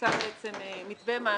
יבוצע מתווה מס